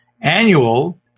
annual